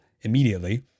immediately